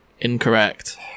Incorrect